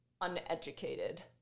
uneducated